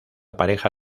pareja